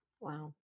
Wow